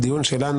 הדיון שלנו,